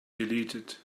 deleted